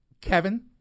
Kevin